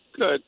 Good